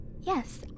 Yes